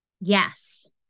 Yes